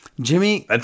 Jimmy